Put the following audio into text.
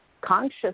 conscious